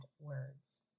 words